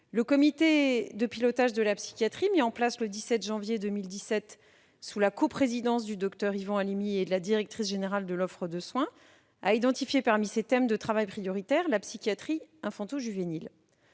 Le Comité de pilotage de la psychiatrie, mis en place le 17 janvier 2017 sous la coprésidence du docteur Yvan Halimi et de la directrice générale de l'offre de soins, a identifié parmi ses thèmes de travail prioritaires la psychiatrie infanto-juvénile.